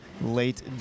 late